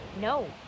No